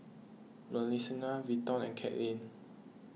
Marcelina Vinton and Cathleen